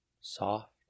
soft